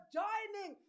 joining